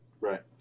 Right